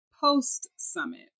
post-summit